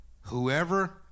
Whoever